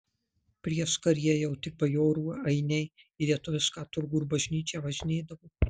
prieškaryje jau tik bajorų ainiai į lietuvišką turgų ir bažnyčią važinėdavo